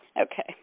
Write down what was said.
okay